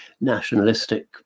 nationalistic